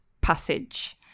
passage